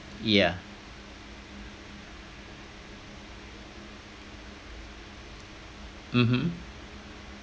yeah mmhmm